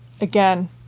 again